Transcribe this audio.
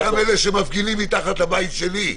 אגב, גם על אלה שמפגינים מתחת לבית השלי.